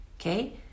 okay